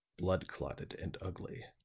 blood-clotted and ugly.